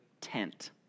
tent